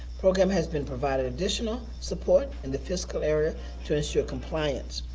program has been provided additional support in the fiscal area to assure compliance.